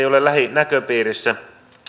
ole lähinäköpiirissä